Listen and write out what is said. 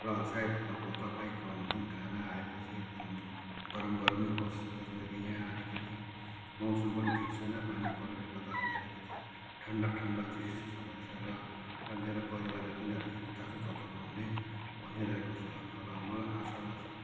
र सायद अब तपाईँको जुन खाना आएपछि एकदम गरम गरमै होस् जसमा कि या अलिकति मौसम पनि ठिक छैन पानी परेकोले गर्दाखेरि अलिकति ठन्डा ठन्डा चिसो चिसो भएको छ र र मेरो परिवारले पनि अलिक तातो तातो खुवीउने भनिरहेको छ मलाई आशा लाग्छ कि